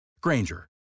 Granger